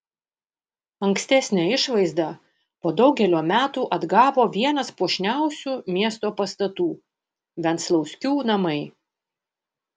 ankstesnę išvaizdą po daugelio metų atgavo vienas puošniausių miesto pastatų venclauskių namai